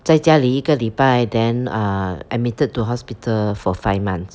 在家里一个礼拜 then err admitted to hospital for five months